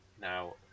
Now